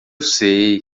sei